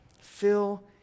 fill